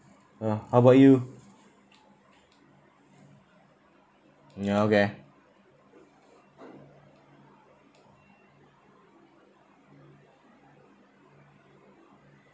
oh how about you ya okay